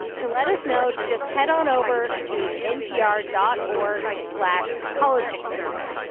to let us know, just head on over to npr dot org slash politicssurvey.